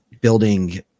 building